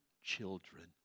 children